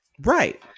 Right